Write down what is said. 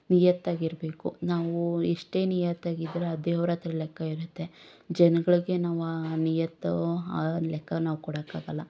ನಿಯತ್ತಾಗಿರಬೇಕು ನಾವು ಇಷ್ಟೇ ನಿಯತ್ತಾಗಿ ಇದ್ರೆ ಆ ದೇವ್ರತ್ರ ಲೆಕ್ಕ ಇರುತ್ತೆ ಜನಗಳಿಗೆ ನಾವು ಆ ನಿಯತ್ತು ಆ ಲೆಕ್ಕ ನಾವು ಕೊಡೋಕ್ಕೆ ಆಗೋಲ್ಲ